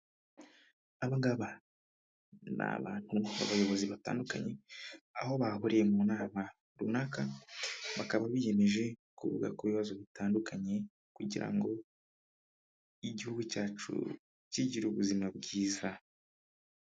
Abangaba ni abantu abayobozi batandukanye aho bahuriye mu nama runaka bakaba biyemeje kuvuga ku bibazo bitandukanye kugira ngo igihugu cyacu kigire ubuzima bwiza.